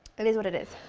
and is what it is,